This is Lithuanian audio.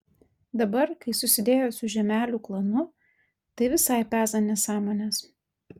dabar kai susidėjo su žiemelių klanu tai visai peza nesąmones